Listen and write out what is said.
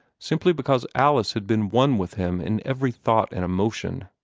simply because alice had been one with him in every thought and emotion.